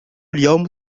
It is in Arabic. اليوم